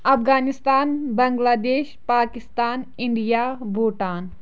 Afghanistan Bangladesh Pakistan India Bhutan